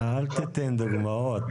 אל תיתן דוגמאות,